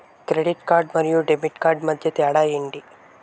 Credit card మరియు debit card మధ్య తేడా ఎంటి?